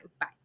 bye